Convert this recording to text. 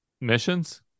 missions